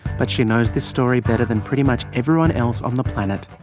but she knows this story better than pretty much everyone else on the planet.